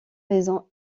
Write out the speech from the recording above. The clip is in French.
raison